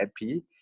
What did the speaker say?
happy